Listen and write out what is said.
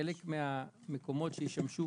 חלק מהמקומות שישמשו